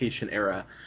era